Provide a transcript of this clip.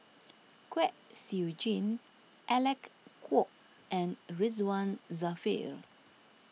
Kwek Siew Jin Alec Kuok and Ridzwan Dzafir